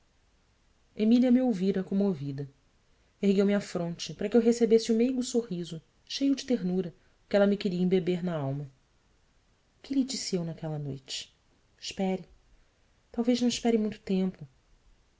emília me ouvira comovida ergueu me a fronte para que eu recebesse o meigo sorriso cheio de ternura que ela me queria embeber na alma que lhe disse eu naquela noite espere talvez não espere muito tempo